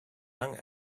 young